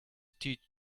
teach